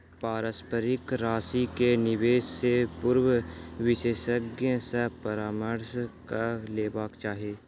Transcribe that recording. पारस्परिक राशि के निवेश से पूर्व विशेषज्ञ सॅ परामर्श कअ लेबाक चाही